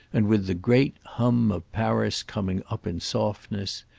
and with the great hum of paris coming up in softness,